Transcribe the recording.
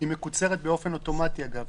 היא מקוצרת באופן אוטומטי אגב,